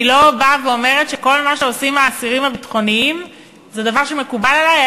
אני לא אומרת שכל מה שעושים האסירים הביטחוניים זה דבר שמקובל עלי.